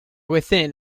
within